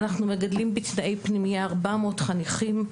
אנחנו מגדלים בתנאי פנימייה 400 חניכים,